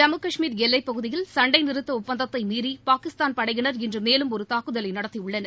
ஜம்மு கஷ்மீர் எல்லைப் பகுதியில் சண்டை நிறுத்த ஒப்பந்தத்தை மீறி பாகிஸ்தான் படையினர் இன்று மேலும் ஒரு தாக்குதலை நடத்தியுள்ளனர்